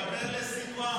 דבר לסנוואר.